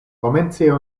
komence